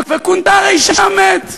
וקונטאר מת.